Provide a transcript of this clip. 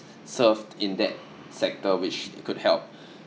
served in that sector which could help